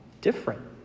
different